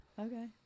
Okay